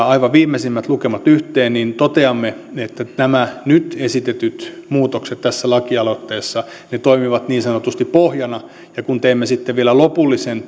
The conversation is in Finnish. aivan viimeisimmät lukemat yhteen niin toteamme että nämä nyt esitetyt muutokset tässä lakialoitteessa toimivat niin sanotusti pohjana ja kun teemme sitten vielä lopullisen